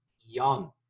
young